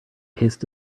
tastes